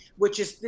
which is,